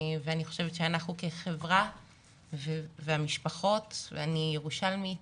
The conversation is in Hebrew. אני חושבת שאנחנו כחברה והמשפחות, ואני ירושלמית,